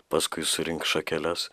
paskui surinks šakeles